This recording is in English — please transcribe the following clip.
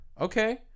Okay